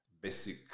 basic